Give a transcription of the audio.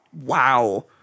wow